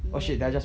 ya man